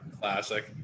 classic